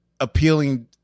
Appealing